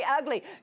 ugly